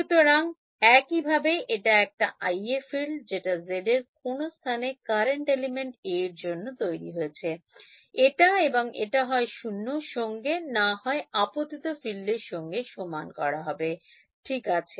সুতরাং একইভাবে এটা একটা Ia field যেটা z এর কোন স্থানে current element A এর জন্য তৈরি হয়েছে এটা এবং এটা হয় 0 সঙ্গে না হয় আপতিত field এর সঙ্গে সমান করা হবে ঠিক আছে